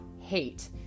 hate